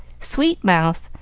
sweet mouth,